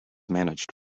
managed